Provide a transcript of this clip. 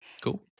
cool